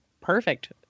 perfect